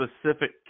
specific